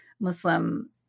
Muslim